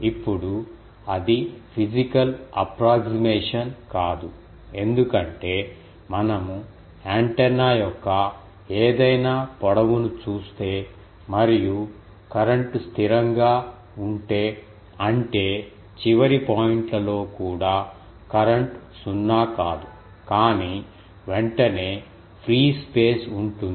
ఇప్పుడు అది physical approximation కాదు ఎందుకంటే మనము యాంటెన్నా యొక్క ఏదైనా పొడవును చూస్తే మరియు కరెంట్ స్థిరంగా ఉంటే అంటే చివరి పాయింట్లు లో కూడా కరెంట్ సున్నా కాదు కానీ వెంటనే ఫ్రీ స్పేస్ ఉంటుంది